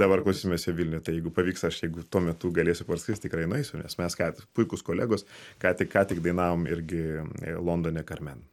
dabar klausysimės jo vilniuje tai jeigu pavyks aš jeigu tuo metu galėsiu parskrist tikrai nueisiu nes mes ką puikūs kolegos ką tik ką tik dainavom irgi londone karmen